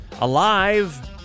alive